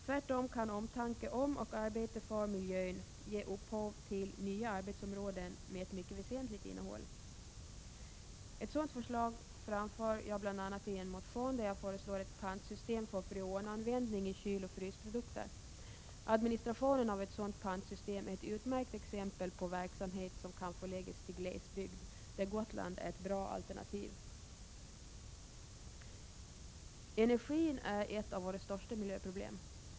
Tvärtom kan omtanke om och arbete för miljön ge upphov till nya arbetsområden med ett mycket väsentligt innehåll. Ett sådant förslag framför jag bl.a. i en motion där jag föreslår ett pantsystem för freonanvändning i kyloch frysprodukter. Administrationen av ett sådant pantsystem är ett utmärkt exempel på verksamhet som kan förläggas till glesbygd, där Gotland är ett bra alternativ. Energin är ett av våra största miljöproblem.